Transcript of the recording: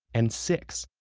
and six.